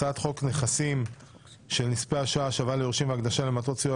הצעת חוק סדר הדין הפלילי (תיקון מס'